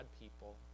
people